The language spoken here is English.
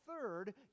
third